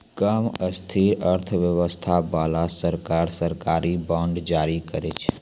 कम स्थिर अर्थव्यवस्था बाला सरकार, सरकारी बांड जारी करै छै